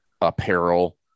apparel